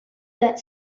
that